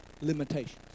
limitations